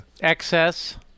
Excess